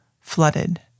Flooded